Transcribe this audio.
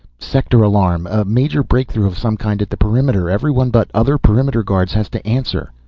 sector alarm. a major breakthrough of some kind at the perimeter. everyone but other perimeter guards has to answer.